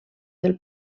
del